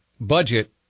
budget